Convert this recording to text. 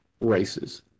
races